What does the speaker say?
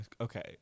okay